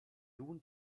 nun